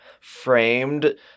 framed